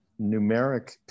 numeric